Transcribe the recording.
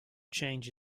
change